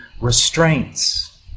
restraints